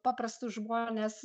paprastus žmones